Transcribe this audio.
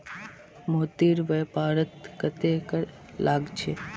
मोतीर व्यापारत कत्ते कर लाग छ